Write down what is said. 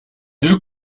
deux